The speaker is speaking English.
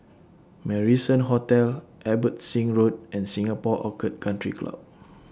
Marrison Hotel Abbotsingh Road and Singapore Orchid Country Club